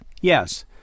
Yes